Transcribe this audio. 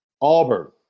Auburn